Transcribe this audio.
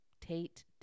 Tate